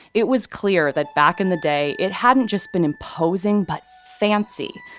it was clear that back in the day it hadn't just been imposing but fancy.